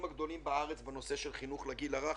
הגדולים בארץ בנושא של חינוך לגיל הרך,